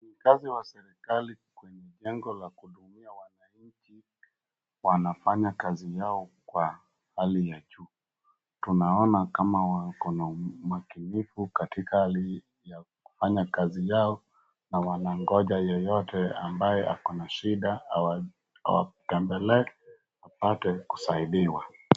Wafanyikazi wa serikali kwenye jengo ya kuhudumia wananchi wanafanya kazi yao kwa hali ya juu, tunaona kama wako na umakinifu katika hali ya kufanya kazi yao na wanangoja yeyote ambaye ako na shida awatembelee apate kusaidiwa.